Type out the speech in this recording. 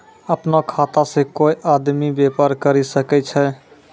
अपनो खाता से कोय आदमी बेपार करि सकै छै